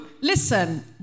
listen